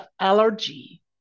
allergy